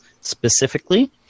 specifically